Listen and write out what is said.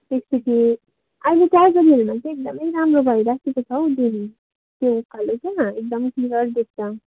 त्यस पछि अहिले टाइगर हिलमा चाहिँ एकदम राम्रो भइराखेको छौ दिदी त्यो उकालो क्या एकदम क्लियर देख्छ